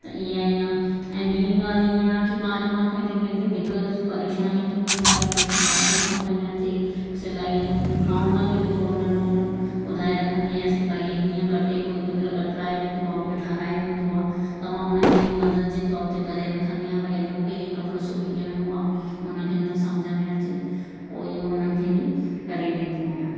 त ईअं ई आहे ऐं ॿीं ॻाल्हि ईअं आहे की अॼु मां मूंखे कंहिंखें दिक़त परेशानी थींदी आहे भई नथो सम्झ में अचे सिलाई जो मां उन खे बि थोरो नंढो नंढो ॿुधाए रखंदी आहियांसि की भई इहे हीअं कटे कोई केमहिल कटराए वेंदो आहे कोई ठाहिराए वेंदो आहे कोई ठाहिराए वेंदो आहे त मां उन्हनि जी बि मदद जे तौर ते करे रखंदी आहियां भई अॼु मूंखे इहे कपिड़ो सिबी ॾियणो आहे उन खे न सम्झ में अचे पोइ इहो उन्हनि खे बि करे ॾींदी आहियां